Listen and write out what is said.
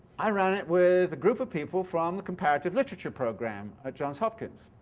i ran it with a group of people from the comparative literature program at johns hopkins,